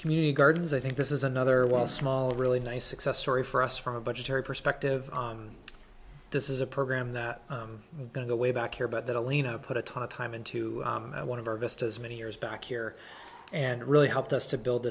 community gardens i think this is another wall small really nice success story for us from a budgetary perspective this is a program that we're going to go way back here but that alina put a ton of time into one of our best as many years back here and really helped us to build